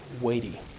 weighty